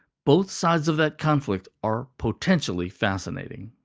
both sides of that conflict are potentially fascinating.